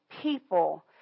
People